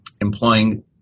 employing